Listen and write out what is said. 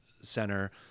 center